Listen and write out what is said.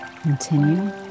Continue